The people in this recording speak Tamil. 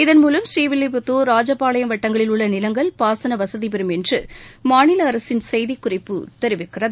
இதன்மூலம் ஸ்ரீவில்லிபுத்துா் ராஜபாளையம் வட்டங்களில் உள்ள நிலங்கள் பாசன வசதிபெறும் மாநில அரசின் செய்திக்குறிப்பு தெரிவிக்கிறது